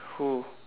who